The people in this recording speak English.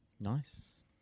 Nice